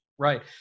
Right